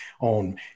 on